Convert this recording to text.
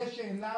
זו שאלה